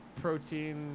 protein